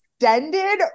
extended